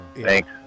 Thanks